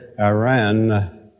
Iran